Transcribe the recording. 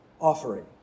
offering